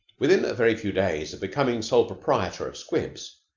within a very few days of becoming sole proprietor of squibs,